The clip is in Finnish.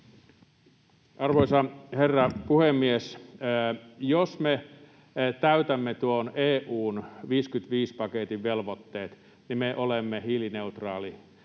Arvoisa herra puhemies! Jos me täytämme tuon EU:n 55-paketin velvoitteet, niin me olemme hiilineutraali